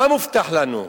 מה מובטח לנו?